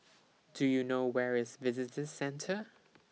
Do YOU know Where IS Visitor Centre